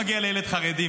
מגיע לילד חרדי,